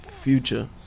Future